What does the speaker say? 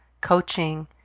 coaching